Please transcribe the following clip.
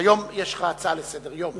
היום יש לך הצעה לסדר-היום.